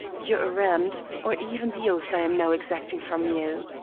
your errand, or even the oath i am now exacting from you.